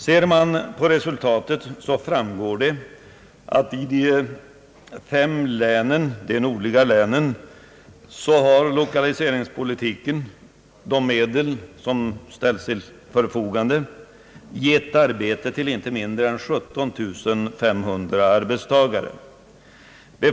Ser man på resultatet, finner man att de medel som tack vare lokaliseringspoli tiken ställts till förfogande har gett arbete åt inte mindre än 17 500 arbetstagare i de fem nordliga länen.